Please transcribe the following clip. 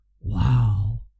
Wow